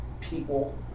people